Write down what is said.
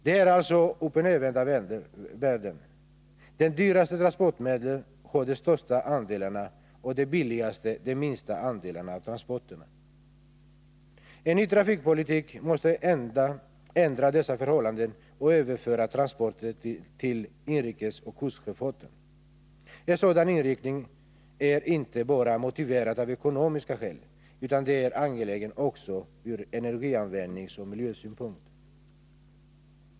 Det är alltså uppoch nervända världen — det dyraste transportmedlet har de största andelarna och det billigaste de minsta andelarna av transporterna. En ny trafikpolitik måste ändra dessa förhållanden och överföra transporter till inrikesoch kustsjöfart. En sådan inriktning är inte bara motiverad av ekonomiska skäl, utan den är angelägen också ur energianvändningsoch miljösynpunkt.